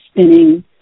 spinning